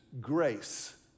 grace